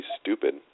stupid